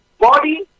Body